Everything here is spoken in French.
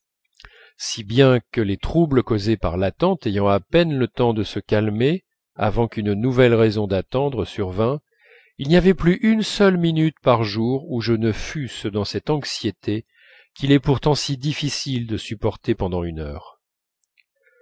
si bien que les troubles causés par l'attente ayant à peine le temps de se calmer avant qu'une nouvelle raison d'attendre survînt il n'y avait plus une seule minute par jour où je ne fusse dans cette anxiété qu'il est pourtant si difficile de supporter pendant une heure